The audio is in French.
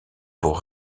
pour